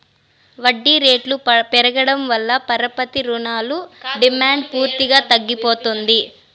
వడ్డీ రేట్లు పెరగడం వల్ల పరపతి రుణాల డిమాండ్ పూర్తిగా తగ్గిపోతుంది